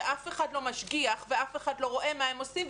שאף אחד לא משגיח ואף אחד לא רואה מה הם עושים,